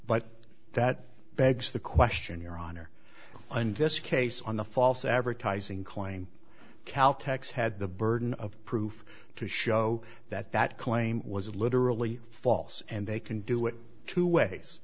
but that begs the question your honor and this case on the false advertising claim calque x had the burden of proof to show that that claim was literally false and they can do it two ways